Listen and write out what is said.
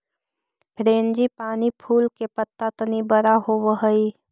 frangipani फूल के पत्त्ता तनी बड़ा होवऽ हई